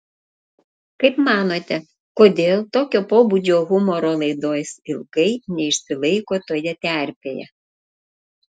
kaip manote kodėl tokio pobūdžio humoro laidos ilgai neišsilaiko toje terpėje